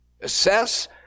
assess